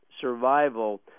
survival